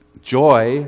joy